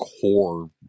core